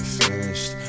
finished